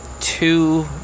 two